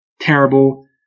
terrible